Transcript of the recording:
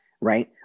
right